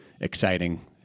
exciting